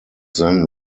then